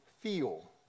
feel